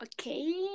okay